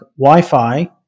Wi-Fi